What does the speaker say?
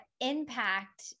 impact